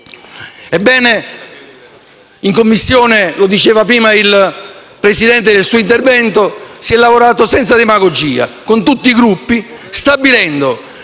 passato. In Commissione, come diceva prima il Presidente nel suo intervento, si è lavorato senza demagogia con tutti i Gruppi, stabilendo